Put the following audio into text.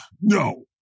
no